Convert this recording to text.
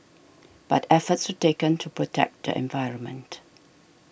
but efforts were taken to protect the environment